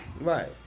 Right